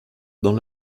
dans